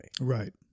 Right